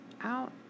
out